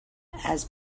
has